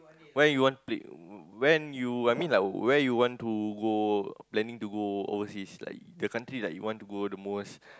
where you want play when you I mean like where you want to go planning to go overseas like the country that you want to go the most